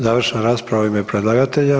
Završna rasprava u ime predlagatelja.